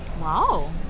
Wow